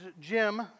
Jim